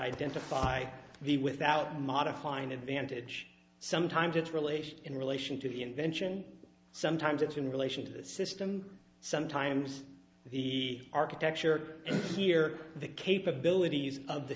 identify the without modifying advantage sometimes its relation in relation to the invention sometimes it's in relation to the system sometimes the architecture here the capabilities of the